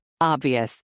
Obvious